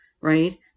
right